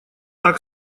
так